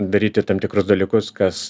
daryti tam tikrus dalykus kas